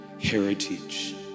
heritage